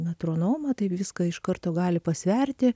metronomą taip viską iš karto gali pasverti